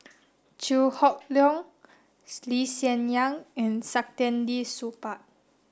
Chew Hock Leong Lee Hsien Yang and Saktiandi Supaat